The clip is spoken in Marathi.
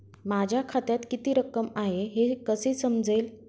माझ्या खात्यात किती रक्कम आहे हे कसे समजेल?